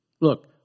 Look